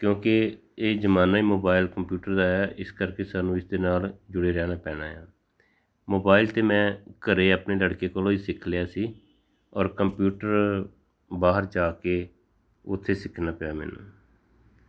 ਕਿਉਂਕਿ ਇਹ ਜ਼ਮਾਨਾ ਹੀ ਮੋਬਾਇਲ ਕੰਪਿਊਟਰ ਦਾ ਹੈ ਇਸ ਕਰਕੇ ਸਾਨੂੰ ਇਸ ਦੇ ਨਾਲ ਜੁੜੇ ਰਹਿਣਾ ਪੈਣਾ ਆ ਮੋਬਾਇਲ ਤਾਂ ਮੈਂ ਘਰੇ ਆਪਣੇ ਲੜਕੇ ਕੋਲੋਂ ਹੀ ਸਿੱਖ ਲਿਆ ਸੀ ਔਰ ਕੰਪਿਊਟਰ ਬਾਹਰ ਜਾ ਕੇ ਉੱਥੇ ਸਿੱਖਣਾ ਪਿਆ ਮੈਨੂੰ